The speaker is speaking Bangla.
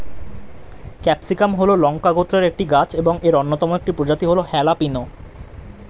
ক্যাপসিকাম হল লঙ্কা গোত্রের একটি গাছ এবং এর অন্যতম একটি প্রজাতি হল হ্যালাপিনো